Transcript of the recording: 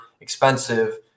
expensive